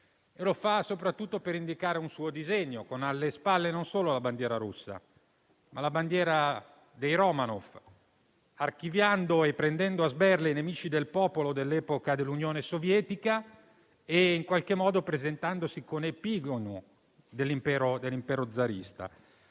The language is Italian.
lo fa soprattutto per indicare un suo disegno, con alle spalle non solo la bandiera russa, ma anche la bandiera dei Romanov, archiviando e prendendo a sberle i nemici del popolo dell'epoca dell'Unione Sovietica e in qualche modo presentandosi come epigono dell'impero zarista.